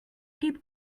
keep